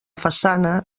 façana